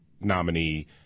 nominee